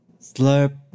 Slurp